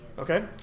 Okay